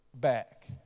back